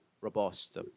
robust